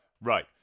Right